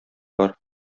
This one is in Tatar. бар